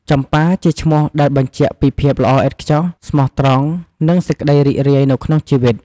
ចំប៉ា ជាឈ្មោះដែលបញ្ជាក់ពីភាពល្អឥតខ្ចោះ ស្មោះត្រង់ និងសេចក្តីរីករាយនៅក្នុងជីវិត។